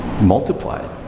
multiplied